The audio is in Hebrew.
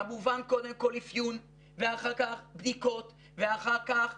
כמובן קודם כל אפיון ואחר כך בדיקות ואחר כך